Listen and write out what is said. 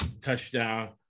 touchdown